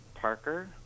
Parker